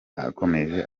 hakomeje